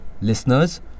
Listeners